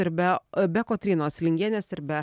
ir be be kotrynos lingienės ir be